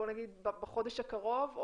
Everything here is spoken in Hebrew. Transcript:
בוא נגיד בחודש הקרוב,